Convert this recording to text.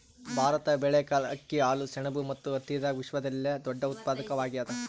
ಭಾರತ ಬೇಳೆಕಾಳ್, ಅಕ್ಕಿ, ಹಾಲು, ಸೆಣಬು ಮತ್ತು ಹತ್ತಿದಾಗ ವಿಶ್ವದಲ್ಲೆ ದೊಡ್ಡ ಉತ್ಪಾದಕವಾಗ್ಯಾದ